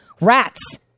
rats